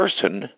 person